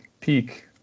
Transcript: peak